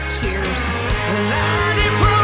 Cheers